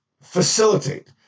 facilitate